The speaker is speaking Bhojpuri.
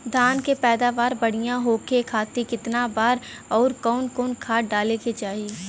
धान के पैदावार बढ़िया होखे खाती कितना बार अउर कवन कवन खाद डाले के चाही?